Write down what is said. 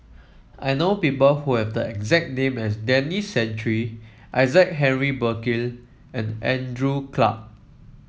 I know people who have the exact name as Denis Santry Isaac Henry Burkill and Andrew Clarke